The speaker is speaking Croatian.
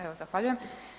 Evo zahvaljujem.